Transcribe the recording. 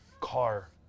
car